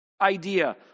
idea